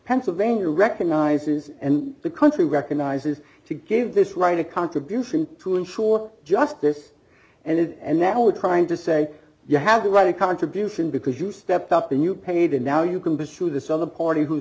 pennsylvania recognizes and the country recognizes to give this right a contribution to ensure justice and now we're trying to say you have a right a contribution because you stepped up and you paid and now you can pursue this other party who's